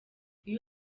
iyo